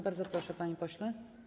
Bardzo proszę, panie pośle.